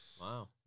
Wow